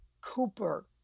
Cooper